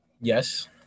Yes